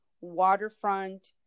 waterfront